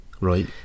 Right